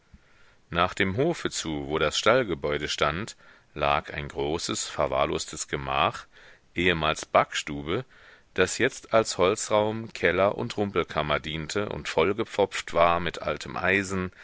nach dem hofe zu wo das stallgebäude stand lag ein großes verwahrlostes gemach ehemals backstube das jetzt als holzraum keller und rumpelkammer diente und vollgepfropft war mit altem eisen